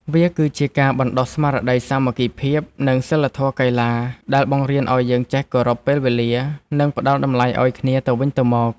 វាគឺជាការបណ្ដុះស្មារតីសាមគ្គីភាព និងសីលធម៌កីឡា ដែលបង្រៀនឱ្យយើងចេះគោរពពេលវេលា និងផ្ដល់តម្លៃឱ្យគ្នាទៅវិញទៅមក។